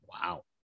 Wow